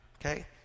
okay